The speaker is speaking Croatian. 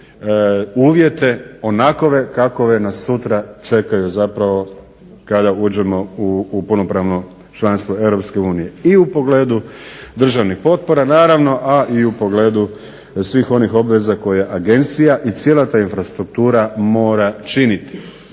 uvjete onakove kakove nas sutra čekaju zapravo kada uđemo u punopravno članstvo Europske unije i u pogledu državnih potpora naravno, a i u pogledu svih onih obveza koje agencija i cijela ta infrastruktura mora činiti.